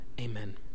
Amen